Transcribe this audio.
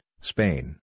Spain